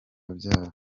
byabo